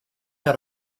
had